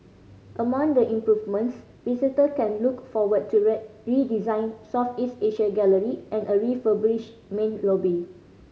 among the improvements visitor can look forward to a redesigned Southeast Asia gallery and a refurbished main lobby